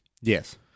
Yes